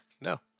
no